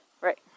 right